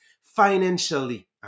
financially